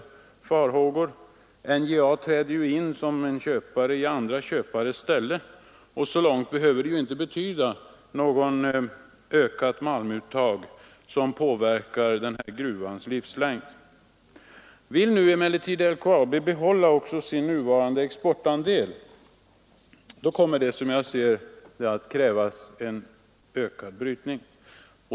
NJA inträder ju här som köpare i andra köpares ställe, och det behöver i och för sig inte innebära något ökat malmuttag som påverkar gruvans livslängd. Vill nu emellertid LKAB behålla sin nuvarande exportandel kommer det, som jag ser det, att krävas en ökad brytning.